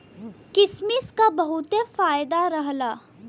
किसमिस क बहुते फायदा रहला